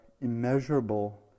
immeasurable